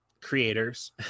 creators